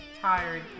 Tired